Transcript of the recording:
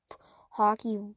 hockey